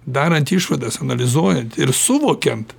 darant išvadas analizuojant ir suvokiant